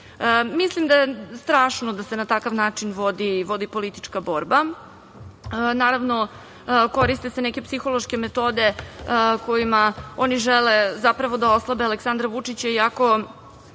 uvreda? Mislim da je strašno da se na takav način vodi politička borba. Naravno, koriste se neke psihološke metode kojima oni žele zapravo da oslabe Aleksandra Vučića, iako